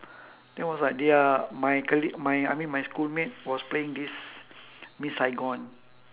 then was like they are my colleague my I mean my schoolmate was playing this miss saigon